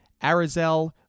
Arizel